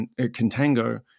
contango